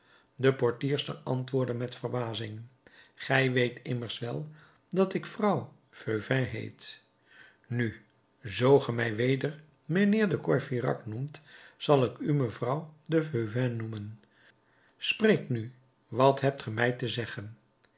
de portierster antwoordde met verbazing gij weet immers wel dat ik vrouw veuvain heet nu zoo ge mij weder mijnheer de courfeyrac noemt zal ik u mevrouw de veuvain noemen spreek nu wat hebt ge mij te zeggen